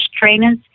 trainers